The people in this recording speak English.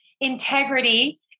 integrity